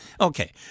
Okay